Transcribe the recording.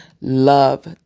Love